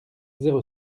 zéro